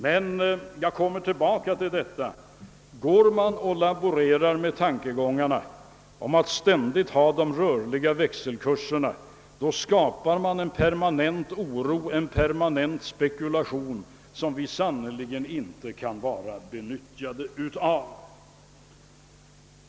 Jag återkommer till det förhållandet att, om man skulle börja laborera med tankegångarna om en genomgående större rörlighet i växelkurserna, skulle det skapas en permanent oro och en regelbundet förekommande spekulation, som ingen skulle vara betjänt av.